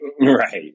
Right